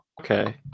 okay